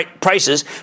prices